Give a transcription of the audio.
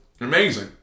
Amazing